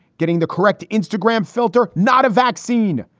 getting the correct instagram filter, not a vaccine.